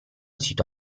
sito